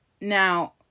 Now